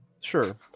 Sure